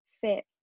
fit